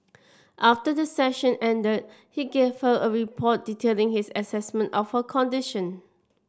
after the session ended he gave her a report detailing his assessment of her condition